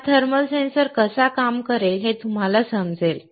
हा thermal sensor कसा काम करेल हे तुम्हाला समजेल